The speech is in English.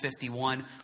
51